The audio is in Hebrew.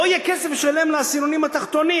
לא יהיה כסף לשלם לעשירונים התחתונים.